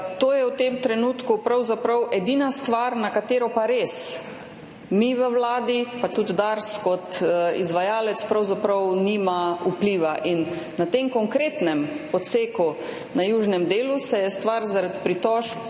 je to v tem trenutku pravzaprav edina stvar, na katero pa res mi v vladi pa tudi Dars kot izvajalec nimamo vpliva. Na tem konkretnem odseku na južnem delu se stvar zaradi pritožb